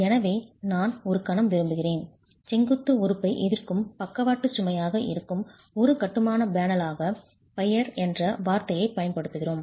எனவே நான் ஒரு கணம் விரும்புகிறேன் செங்குத்து உறுப்பை எதிர்க்கும் பக்கவாட்டு சுமையாக இருக்கும் ஒரு கட்டுமான பேனலாக பையர் என்ற வார்த்தையைப் பயன்படுத்துகிறோம்